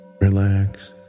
Relax